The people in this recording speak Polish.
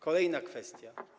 Kolejna kwestia.